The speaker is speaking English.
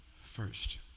first